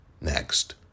next